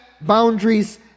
boundaries